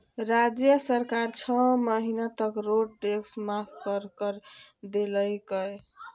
राज्य सरकार छो महीना तक रोड टैक्स माफ कर कर देलकय